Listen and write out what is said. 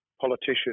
politician